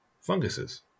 funguses